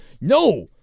No